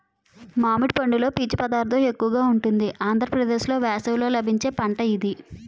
మామిడి పండులో పీచు పదార్థం ఎక్కువగా ఉంటుంది ఆంధ్రప్రదేశ్లో వేసవిలో లభించే పంట ఇది